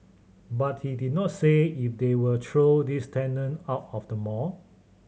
but he did not say if they will throw these tenant out of the mall